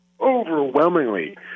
overwhelmingly